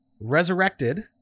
resurrected